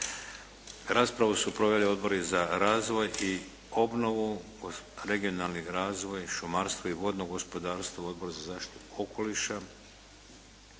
Raspravu su proveli Odbori za razvoj i obnovu, regionalni razvoj, šumarstvo i vodno gospodarstvo, Odbor za zaštitu okoliša,